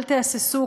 אל תהססו,